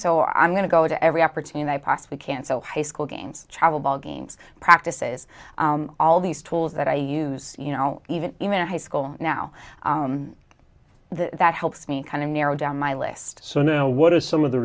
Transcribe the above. so i'm going to go to every opportunity i possibly can so high school games travel ball games practices all these tools that i use you know even even a high school now that helps me kind of narrow down my list so now what are some of the